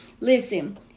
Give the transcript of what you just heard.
Listen